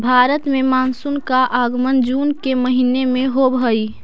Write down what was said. भारत में मानसून का आगमन जून के महीने में होव हई